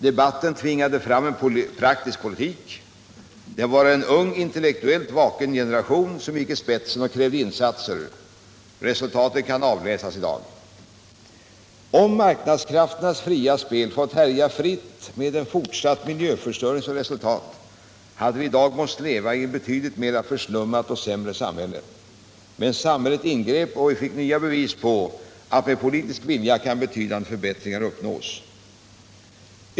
Debatten tvingade fram en praktisk politik. Det var en ung, intellektuellt vaken generation som gick i spetsen och krävde insatser. Resultaten kan avläsas i dag. Om marknadskrafternas fria spel fått härja fritt med en fortsatt miljöförstöring som resultat hade vi i dag måst leva i ett betydligt mer förslummat och sämre samhälle. Men samhället ingrep och vi fick nya bevis på att med politisk vilja kan betydande förbättringar uppnås.